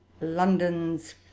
London's